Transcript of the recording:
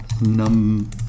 num